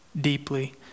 deeply